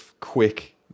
quick